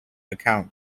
accounts